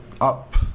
up